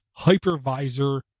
hypervisor